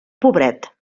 pobret